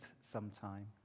sometime